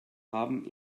haben